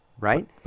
Right